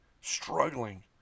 struggling